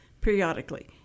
periodically